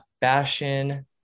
Fashion